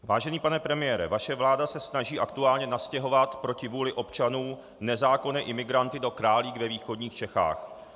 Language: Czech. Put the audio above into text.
Vážený pane premiére, vaše vláda se snaží aktuálně nastěhovat proti vůli občanů nezákonné imigranty do Králík ve východních Čechách.